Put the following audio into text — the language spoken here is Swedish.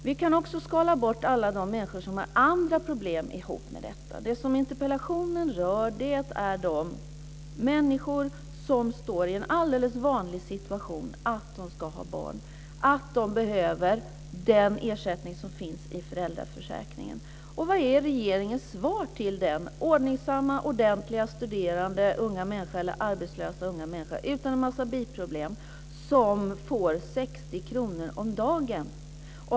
Vi kan också skala bort alla de människor som har andra problem ihop med detta. Det som interpellationen rör är de människor som befinner sig i en alldeles vanlig situation; att de ska ha barn, att de behöver den ersättning som finns i föräldraförsäkringen. Och vad är regeringens svar till den ordningssamma, ordentliga studerande eller arbetslösa unga människa utan en massa biproblem som får 60 kr om dagen?